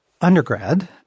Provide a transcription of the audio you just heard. undergrad